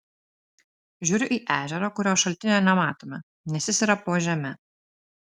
žiūriu į ežerą kurio šaltinio nematome nes jis yra po žeme